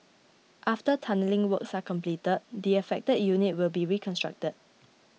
after tunnelling works are completed the affected unit will be reconstructed